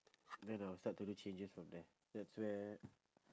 and then I'll start to do changes from there that's where